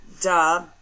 duh